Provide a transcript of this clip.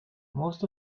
most